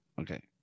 Okay